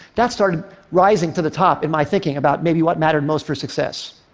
that started rising to the top in my thinking about maybe what mattered most for success.